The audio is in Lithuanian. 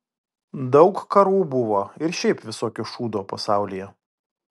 daug karų buvo ir šiaip visokio šūdo pasaulyje